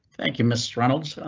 thank you. miss reynolds.